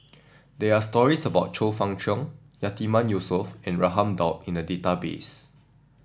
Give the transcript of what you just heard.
there are stories about Chong Fah Cheong Yatiman Yusof and Raman Daud in the database